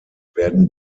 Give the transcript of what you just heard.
werden